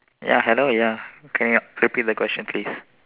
ya hello ya can ya repeat the question please